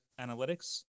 analytics